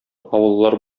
авыллар